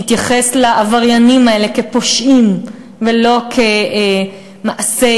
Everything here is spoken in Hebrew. להתייחס לעבריינים האלה כאל פושעים ולא כאל מעשי